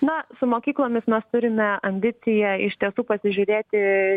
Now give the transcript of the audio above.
na su mokyklomis mes turime ambiciją iš tiesų pasižiūrėti